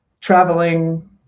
traveling